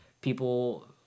people